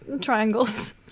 triangles